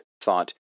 thought